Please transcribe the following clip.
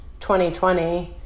2020